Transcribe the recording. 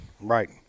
Right